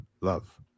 love